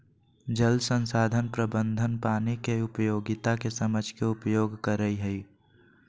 जल संसाधन प्रबंधन पानी के उपयोगिता के समझ के उपयोग करई हई